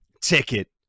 ticket